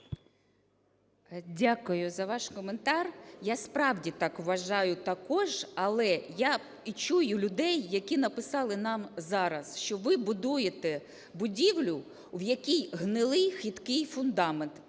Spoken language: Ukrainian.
Дякую за ваш коментар. Я справді так вважаю також. Але я і чую людей, які написали нам зараз, що ви будуєте будівлю, в якій гнилий, хиткий фундамент.